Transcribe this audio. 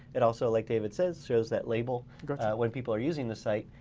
it also, like david says, shows that label when people are using the site,